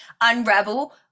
unravel